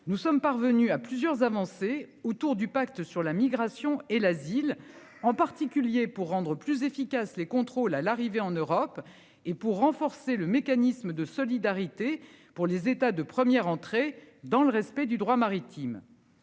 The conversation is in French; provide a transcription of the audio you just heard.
nous sommes parvenus à plusieurs avancées autour du pacte sur la migration et l'asile en particulier pour rendre plus efficaces les contrôles à l'arrivée en Europe et pour renforcer le mécanisme de solidarité pour les états de première entrée dans le respect du droit maritime.